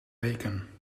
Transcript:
weken